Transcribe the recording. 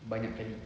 banyak kali